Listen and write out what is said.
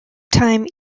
time